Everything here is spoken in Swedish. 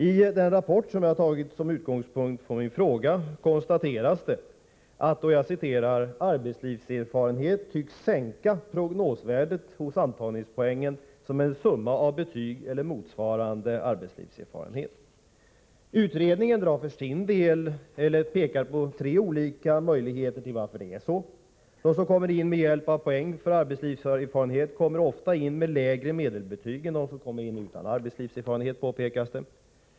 I den rapport som jag har tagit som utgångspunkt för min fråga konstateras: ”Arbetslivserfarenheten tycks sänka prognosvärdet hos antag ningspoängen som är en summa av betyg eller motsvarande och arbetslivserfarenhet.” Utredningen pekar för sin del på tre olika möjliga anledningar till att så är fallet. De som kommer in med hjälp av poäng för arbetslivserfarenhet kommer ofta in med lägre medelbetyg än de som kommer in utan arbetslivserfarenhet, påpekas det.